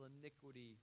iniquity